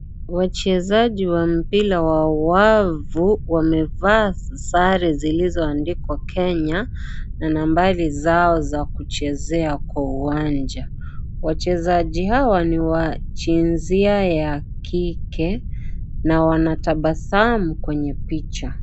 Wachezaji wa mpira wa wavu, wamevaa sare zilizoandikwa Kenya, na nambari zao za kucheza kwa uwanja. Wachezaji hawa ni wa jinsia ya kike na wanatabasamu kwenye picha.